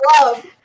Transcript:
love